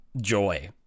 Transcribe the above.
joy